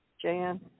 Jan